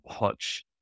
watch